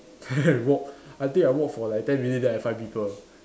walk I think I walk for like ten minute then I find people